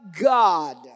God